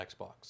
Xbox